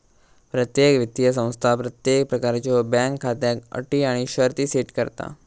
प्रत्येक वित्तीय संस्था प्रत्येक प्रकारच्यो बँक खात्याक अटी आणि शर्ती सेट करता